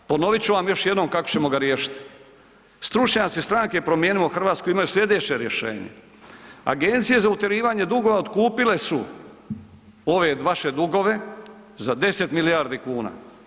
Ponovit ću vam još jednom kako ćemo ga riješiti, stručnjaci stranke Promijenimo Hrvatsku imaju sljedeće rješenje, agencije za utjerivanje dugova otkupile su ove vaše dugove za 10 milijardi kuna.